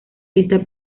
esta